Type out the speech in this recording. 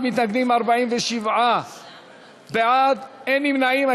61 מתנגדים, 47 בעד, אין נמנעים.